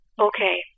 Okay